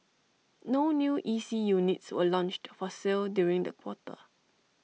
no new E C units were launched for sale during the quarter